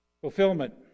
Fulfillment